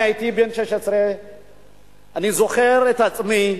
אני הייתי בן 16. אני זוכר את עצמי.